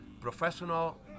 professional